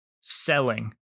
selling